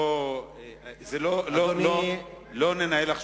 לא נותנים לי.